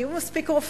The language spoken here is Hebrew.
יהיו מספיק רופאים,